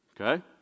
Okay